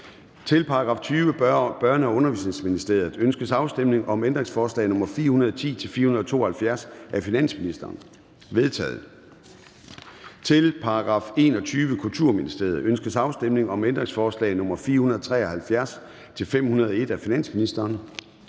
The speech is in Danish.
Til § 20. Børne- og Undervisningsministeriet. Ønskes afstemning om ændringsforslag nr. 410-472 af finansministeren? De er vedtaget. Til § 21. Kulturministeriet. Ønskes afstemning om ændringsforslag nr. 473-501 af finansministeren?